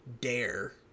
Dare